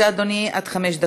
בסם אללה א-רחמאן א-רחים.